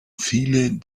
viele